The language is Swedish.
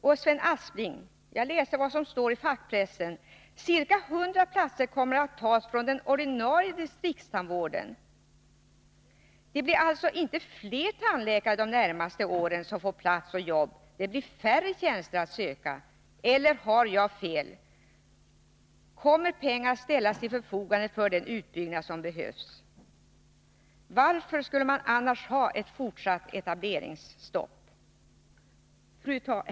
Och, Sven Aspling, jag läser vad som står i fackpressen: ”Ca 100 platser kommer att tas från den ordinarie distriktstandvården.” Det blir alltså inte fler tandläkare de närmaste åren som får jobb — det blir färre tjänster att söka. Eller har jag fel? Kommer pengar att ställas till förfogande för den utbyggnad som behövs? Varför skulle man annars ha ett fortsatt etableringsstopp?